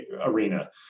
arena